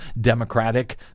Democratic